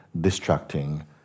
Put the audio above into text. distracting